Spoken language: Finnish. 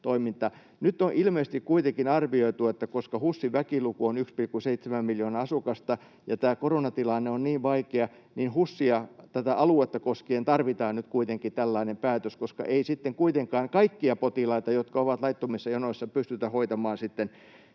Nyt on ilmeisesti kuitenkin arvioitu, että koska HUSin väkiluku on 1,7 miljoonaa asukasta ja tämä koronatilanne on niin vaikea, niin HUSin aluetta koskien tarvitaan nyt kuitenkin tällainen päätös, koska ei sitten kuitenkaan kaikkia potilaita, jotka ovat laittomissa jonoissa, pystytä hoitamaan